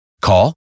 call